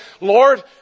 Lord